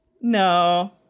No